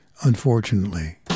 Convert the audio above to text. unfortunately